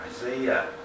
Isaiah